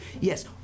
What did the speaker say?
yes